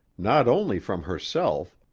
not only from herself,